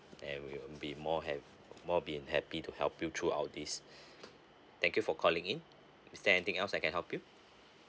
and we'll be more hap~ more be in happy to help you throughout this thank you for calling in is there anything else I can help you